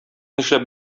нишләп